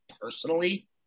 personally